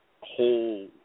whole